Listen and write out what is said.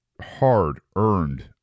hard-earned